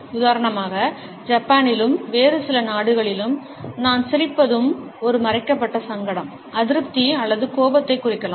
உதாரணமாக ஜப்பானிலும் வேறு சில நாடுகளிலும் நான் சிரிப்பதும் ஒரு மறைக்கப்பட்ட சங்கடம் அதிருப்தி அல்லது கோபத்தைக் குறிக்கலாம்